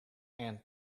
and